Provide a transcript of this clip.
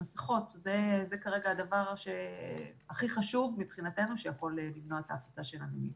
מסכות זה כרגע הדבר הכי חשוב מבחינתנו שיכול למנוע את הפצה של הנגיף.